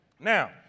Now